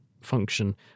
function